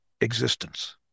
existence